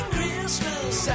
Christmas